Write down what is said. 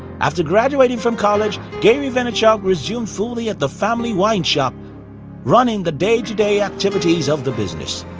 after graduating from college, gary vaynerchuk resumed fully at the family wine shop running the day-to-day activities of the business.